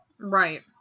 Right